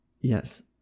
Yes